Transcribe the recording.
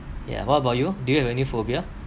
ya what about you do you have any phobia